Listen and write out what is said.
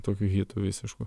tokiu hitu visišku